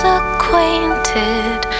acquainted